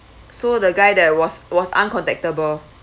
so the guy that was was uncontactable